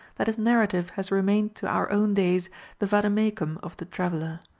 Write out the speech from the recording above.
that his narrative has remained to our own days the vade-mecum of the traveller.